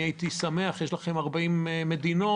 יש לכם 40 מדינות,